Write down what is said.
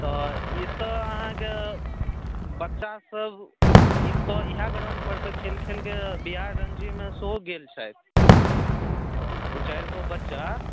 तऽ ई तऽ अहाँके बच्चासब ई एहि गराउण्ड पर खेलि खेलि कए बिहार रनजीमे सेहो गेल छथि हॅं दू चारिगो बच्चा